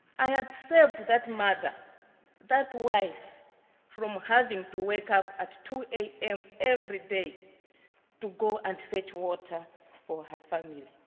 i had saved that mother that wife from having to wake up at two am everyday to go and fetch water for her family.